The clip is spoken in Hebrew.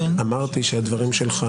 אמרתי שהדברים שלך